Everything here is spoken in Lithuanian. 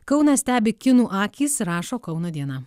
kauną stebi kinų akys rašo kauno diena